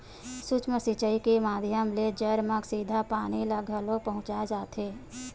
सूक्ष्म सिचई के माधियम ले जर म सीधा पानी ल घलोक पहुँचाय जाथे